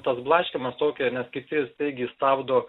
tas blaškymas tokio nes kiti staigiai stabdo